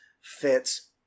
fits